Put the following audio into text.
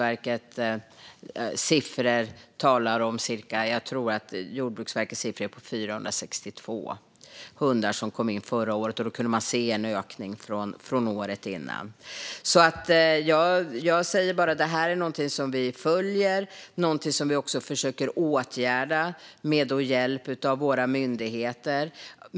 Enligt Jordbruksverkets siffror kom 462 hundar in förra året, och det var en ökning från året innan. Detta är något vi följer och försöker åtgärda med hjälp av våra myndigheter.